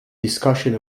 discussion